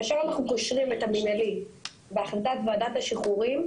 כאשר אנחנו קושרים את המינהלי בהחלטת ועדת שחרורים,